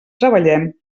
treballem